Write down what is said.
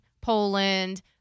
Poland